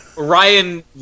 Ryan